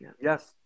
Yes